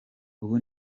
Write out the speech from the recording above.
ubu